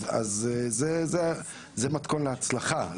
אז זה מתכון להצלחה,